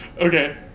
Okay